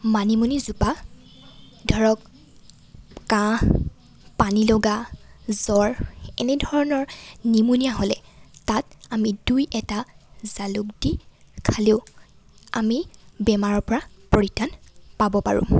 মানিমুনিজোপা ধৰক কাঁহ পানীলগা জ্বৰ এনেধৰণৰ নিমুনীয়া হ'লে তাত আমি দুই এটা জালুক দি খালেও আমি বেমাৰৰ পৰা পৰিত্ৰাণ পাব পাৰোঁ